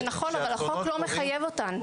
זה נכון, אבל החוק לא מחייב אותן.